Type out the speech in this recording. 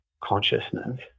consciousness